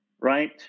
right